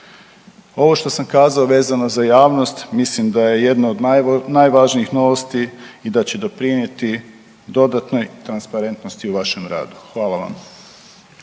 Ovo što sam kazao vezano za javnost mislim da je jedno od najvažnijih novosti i da će doprinijeti dodatnoj transparentnosti u vašem radu. Hvala vam.